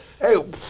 Hey